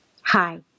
Hi